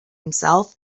himself